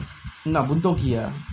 என்னா:ennaa buntogi ah